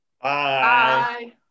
Bye